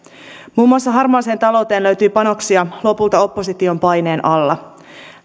muun muassa harmaaseen talouteen löytyi panoksia lopulta opposition paineen alla